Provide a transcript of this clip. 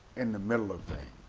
and the middle of things,